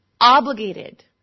obligated